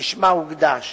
לשמה הוקדש,